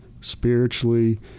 Spiritually